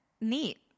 neat